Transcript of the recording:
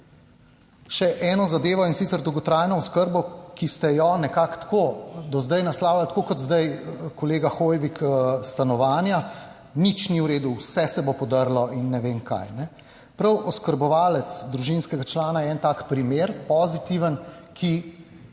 Še eno zadevo, in sicer dolgotrajno oskrbo, ki ste jo nekako tako do zdaj naslavljali tako kot zdaj kolega Hoivik stanovanja, nič ni v redu, vse se bo podrlo in ne vem kaj, ne? Prav oskrbovalec družinskega člana je en tak primer pozitiven, ki